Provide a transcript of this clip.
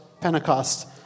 Pentecost